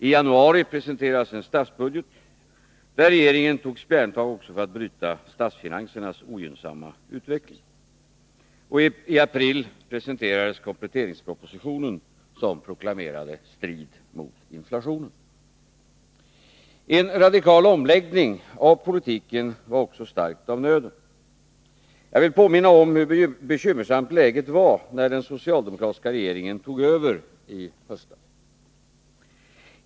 I januari presenterades en statsbudget, där regeringen tog spjärntag också för att bryta statsfinansernas ogynnsamma utveckling. Och i april presenterades kompletteringspropositionen, som proklamerade strid mot inflationen. En radikal omläggning av politiken var också starkt av nöden. Jag vill påminna om hur bekymmersamt läget var, när den socialdemokratiska regeringen tog över rodret i höstas.